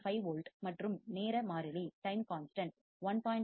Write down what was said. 5 volt மற்றும் நேர மாறிலி டைம் கான்ஸ்டன்ட் 1